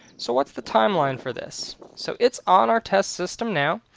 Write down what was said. so what's the timeline for this? so it's on our test system now.